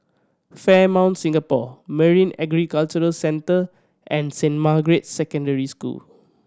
Fairmont Singapore Marine Aquaculture Centre and Saint Margaret's Secondary School